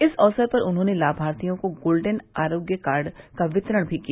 इस अक्सर पर उन्होंने लामार्थियों को गोल्डेन आरोग्य कार्ड का वितरण भी किया